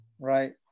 right